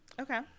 Okay